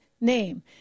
name